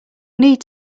need